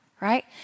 right